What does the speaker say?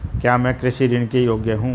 क्या मैं कृषि ऋण के योग्य हूँ?